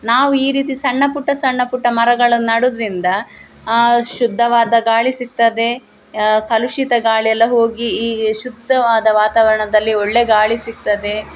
ನಾವು ಈ ರೀತಿ ಸಣ್ಣ ಪುಟ್ಟ ಸಣ್ಣ ಪುಟ್ಟ ಮರಗಳನ್ನ ನೆಡುದ್ರಿಂದ ಶುದ್ಧವಾದ ಗಾಳಿ ಸಿಗ್ತದೆ ಕಲುಷಿತ ಗಾಳಿಯೆಲ್ಲ ಹೋಗಿ ಈ ಶುದ್ಧವಾದ ವಾತಾವರಣದಲ್ಲಿ ಒಳ್ಳೆಯ ಗಾಳಿ ಸಿಗ್ತದೆ